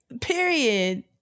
Period